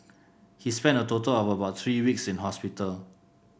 he spent a total of about three weeks in hospital